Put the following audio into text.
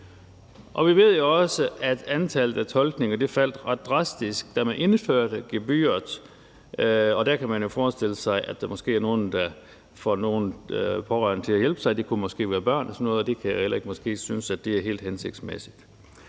Vi ved jo også, at antallet af tolkninger faldt ret drastisk, da man indførte gebyret, og der kan man forestille sig, at der måske er nogle, der får deres pårørende til at hjælpe sig. Det kunne måske gælde i forhold til børn, og det synes jeg måske heller ikke er helt hensigtsmæssigt.